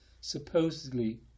supposedly